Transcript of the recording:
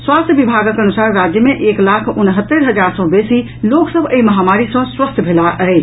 स्वास्थ्य विभागक अनुसार राज्य मे एक लाख उनहत्तरि हजार सँ बेसी लोक सभ एहि महामारी सँ स्वस्थ भेलाह अछि